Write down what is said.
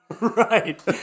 Right